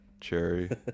cherry